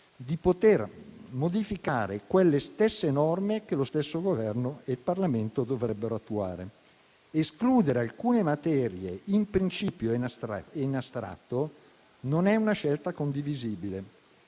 di modificare quelle stesse norme che lo stesso Governo e il Parlamento dovrebbero attuare. Escludere alcune materie in principio e in astratto non è una scelta condivisibile.